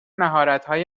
مهارتهای